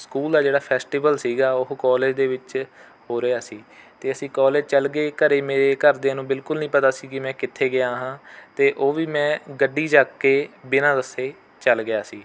school ਦਾ ਜਿਹੜਾ festival ਸੀਗਾ ਉਹ ਕੋਲਜ ਦੇ ਵਿੱਚ ਹੋ ਰਿਹਾ ਸੀ ਅਤੇ ਅਸੀਂ ਕੋਲਜ ਚਲੇ ਗਏ ਘਰ ਮੇਰੇ ਘਰਦਿਆਂ ਨੂੰ ਬਿਲਕੁਲ ਨਹੀਂ ਪਤਾ ਸੀ ਕਿ ਮੈਂ ਕਿੱਥੇ ਗਿਆ ਹਾਂ ਅਤੇ ਉਹ ਵੀ ਮੈਂ ਗੱਡੀ ਚੱਕ ਕੇ ਬਿਨਾਂ ਦੱਸੇ ਚਲਾ ਗਿਆ ਸੀ